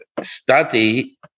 study